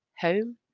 Home